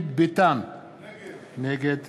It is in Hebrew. נגד